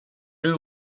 new